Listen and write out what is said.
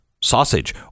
sausage